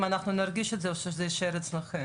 אנחנו נרגיש את זה או שזה יישאר אצלכם?